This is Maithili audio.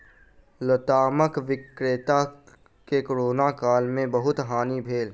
लतामक विक्रेता के कोरोना काल में बहुत हानि भेल